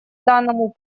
данному